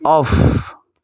off